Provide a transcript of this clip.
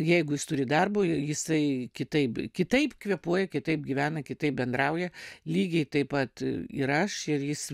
jeigu jis turi darbui jisai kitaip kitaip kvėpuoja kitaip gyvena kitaip bendrauja lygiai taip pat ir aš ir jis